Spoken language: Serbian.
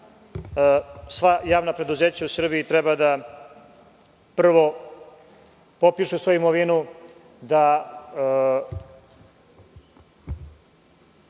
sva javna preduzeća u Srbiji treba prvo da popišu svoju imovinu, da